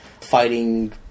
Fighting